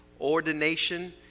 ordination